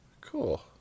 Cool